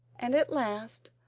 and at last,